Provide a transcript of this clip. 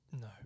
No